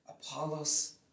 Apollos